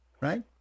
right